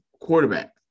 quarterback